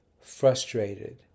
frustrated